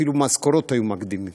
אפילו משכורות היו מקדימים